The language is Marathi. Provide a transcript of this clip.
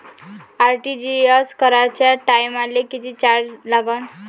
आर.टी.जी.एस कराच्या टायमाले किती चार्ज लागन?